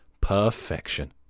perfection